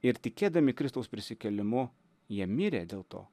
ir tikėdami kristaus prisikėlimu jie mirė dėl to